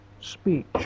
speech